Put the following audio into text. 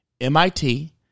MIT